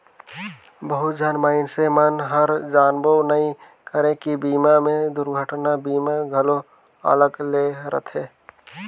बहुत झन मइनसे मन हर जानबे नइ करे की बीमा मे दुरघटना बीमा घलो अलगे ले रथे